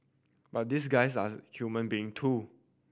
but these guys are human being too